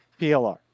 PLR